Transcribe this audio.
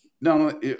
no